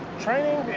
training,